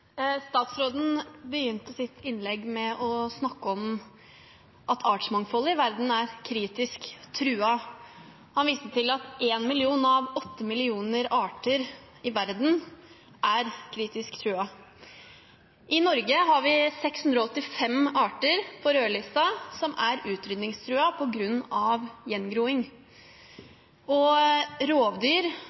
Statsråden begynte sitt innlegg med å snakke om at artsmangfoldet i verden er kritisk truet. Han viste til at én million av åtte millioner arter i verden er kritisk truet. I Norge har vi 685 arter på rødlisten som er utrydningstruet på grunn av gjengroing. Rovdyr